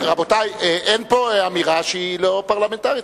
רבותי, אין פה אמירה שהיא לא פרלמנטרית.